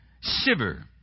shiver